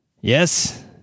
Yes